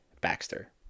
Baxter